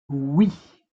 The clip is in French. oui